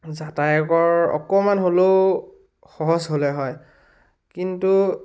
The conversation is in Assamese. যাতায়কৰ অকমান হ'লেও সহজ হ'লে হয় কিন্তু